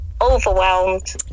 overwhelmed